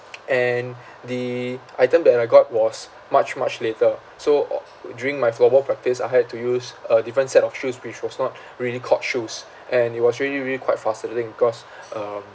and the item that I got was much much later so oo during my floorball practice I had to use a different set of shoes which was not really court shoes and it was really really quite frustrating cause um